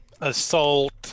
assault